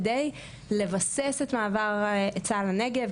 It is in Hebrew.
כדי לבסס את מעבר צה"ל לנגב,